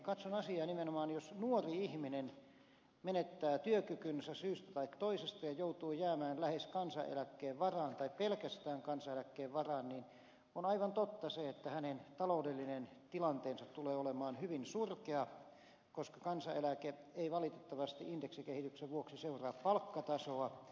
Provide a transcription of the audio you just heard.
katson asiaa nimenomaan niin että jos nuori ihminen menettää työkykynsä syystä tai toisesta ja joutuu jäämään lähes kansaneläk keen varaan tai pelkästään kansaneläkkeen varaan niin on aivan totta se että hänen taloudellinen tilanteensa tulee olemaan hyvin surkea koska kansaneläke ei valitettavasti indeksikehityksen vuoksi seuraa palkkatasoa